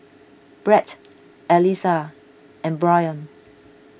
Bret Eliza and Bryon